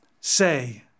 say